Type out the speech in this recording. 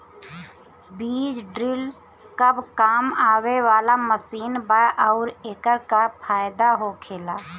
बीज ड्रील कब काम आवे वाला मशीन बा आऊर एकर का फायदा होखेला?